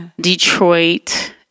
Detroit